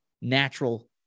natural